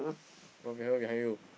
people behind you behind you